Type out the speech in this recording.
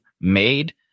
made